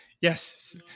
Yes